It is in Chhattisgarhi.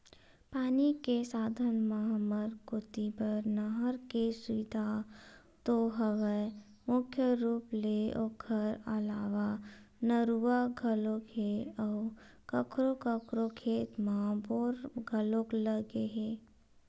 पानी के साधन म हमर कोती बर नहर के सुबिधा तो हवय मुख्य रुप ले ओखर अलावा नरूवा घलोक हे अउ कखरो कखरो खेत म बोर घलोक लगे हे